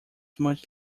much